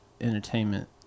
Entertainment